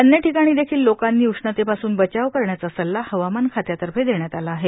अन्य टिकाणी देखिल लोकांनी उष्णतेपासून बचाव करण्याचा सल्ला हवामान खात्यातर्फे देण्यात आला आहे